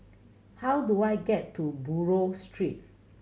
how do I get to Buroh Street